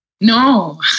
No